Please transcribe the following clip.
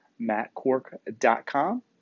mattcork.com